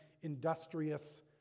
industrious